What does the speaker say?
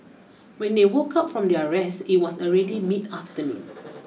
when they woke up from their rest it was already mid afternoon